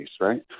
right